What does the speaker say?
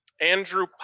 Andrew